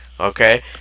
Okay